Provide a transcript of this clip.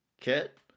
Kit